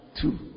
two